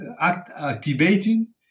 activating